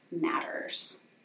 matters